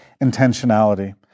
intentionality